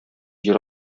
җир